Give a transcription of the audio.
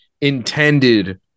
intended